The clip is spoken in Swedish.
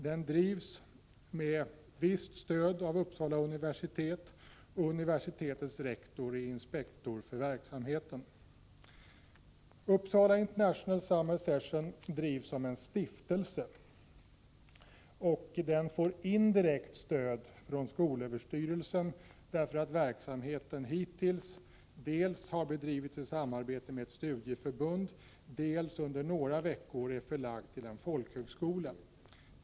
Den drivs med visst stöd av Uppsala universitet, och universitetets rektor är inspektor för verksamheten. Uppsala International Summer Session drivs som en stiftelse. Stiftelsen får indirekt stöd från skolöverstyrelsen därför att verksamheten hittills dels har bedrivits i samarbete med ett studieförbund, dels under några veckor är förlagd till en folkhögskola.